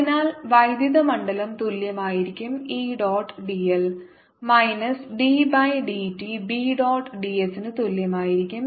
അതിനാൽ വൈദ്യുത മണ്ഡലം തുല്യമായിരിക്കും E dot dl minus d by dt B dot d s ന് തുല്യമായിരിക്കും